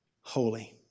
holy